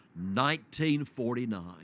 1949